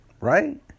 Right